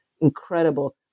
incredible